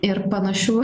ir panašių